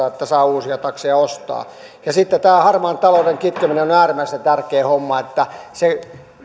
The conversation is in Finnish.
että saa uusia takseja ostaa ja harmaan talouden kitkeminen on äärimmäisen tärkeä homma se